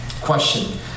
question